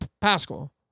Pascal